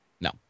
No